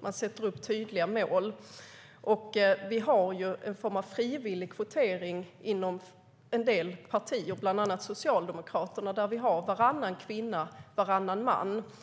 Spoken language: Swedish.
Man sätter upp tydliga mål. Vi har ju en form av frivillig kvotering inom en del partier - bland annat i Socialdemokraterna, där vi har principen om varannan kvinna, varannan man.